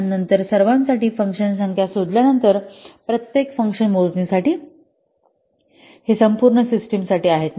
आणि नंतर सर्वांसाठी फंक्शन संख्या शोधल्यानंतर प्रत्येक फंक्शन मोजणीसाठी फंक्शन संख्या शोधल्यानंतर हे संपूर्ण सिस्टमसाठी आहात